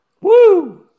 Woo